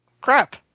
crap